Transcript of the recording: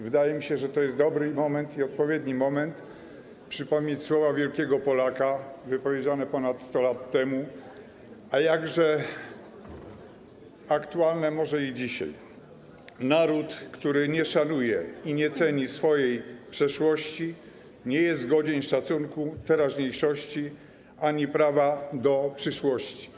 Wydaje mi się, że to jest dobry i odpowiedni moment, żeby przypomnieć słowa wielkiego Polaka wypowiedziane ponad 100 lat temu, a jakże aktualne może i dzisiaj: naród, który nie szanuje i nie ceni swojej przeszłości, nie jest godzien szacunku teraźniejszości ani prawa do przyszłości.